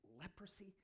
leprosy